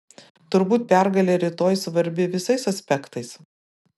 turbūt pergalė rytoj svarbi visais aspektais